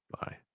bye